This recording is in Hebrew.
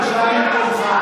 בבקשה לצאת.